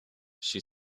she